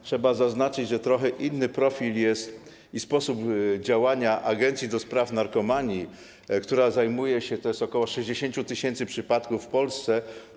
Trzeba zaznaczyć, że trochę inny jest profil i sposób działania agencji do spraw narkomanii, która zajmuje się ok. 60 tys. przypadków w Polsce.